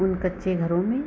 उन कच्चे घरों में